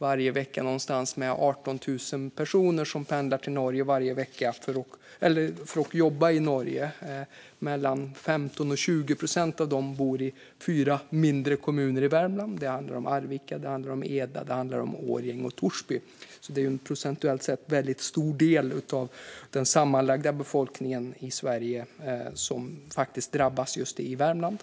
Varje vecka pendlar ungefär 18 000 personer till Norge för att jobba. Mellan 15 och 20 procent av dem bor i fyra mindre kommuner i Värmland. Det handlar om Arvika, Eda, Årjäng och Torsby. Procentuellt sett är det alltså en väldigt stor del av den sammanlagda befolkningen som faktiskt drabbas just i Värmland.